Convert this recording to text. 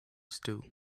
stew